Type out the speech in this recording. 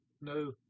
no